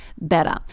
better